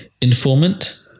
informant